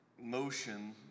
motion